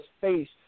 face